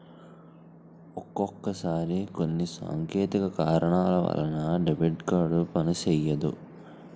ఒక్కొక్కసారి కొన్ని సాంకేతిక కారణాల వలన డెబిట్ కార్డు పనిసెయ్యదు